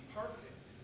perfect